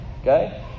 Okay